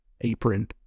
apron